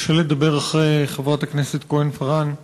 קשה לדבר אחרי חברת הכנסת כהן-פארן.